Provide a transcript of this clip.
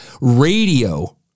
radio